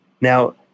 Now